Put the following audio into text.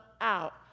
out